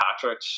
Patrick